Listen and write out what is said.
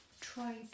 try